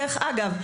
דרך אגב,